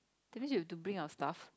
that means you have to bring your stuff